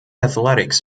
athletics